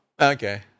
Okay